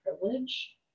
privilege